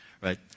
right